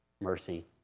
mercy